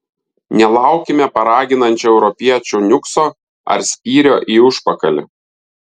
nelaukime paraginančio europiečių niukso ar spyrio į užpakalį